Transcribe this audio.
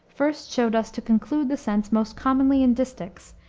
first showed us to conclude the sense most commonly in distichs,